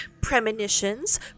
premonitions